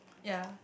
ya